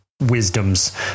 wisdoms